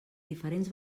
diferents